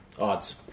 Odds